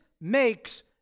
makes